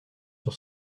sur